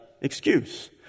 excuse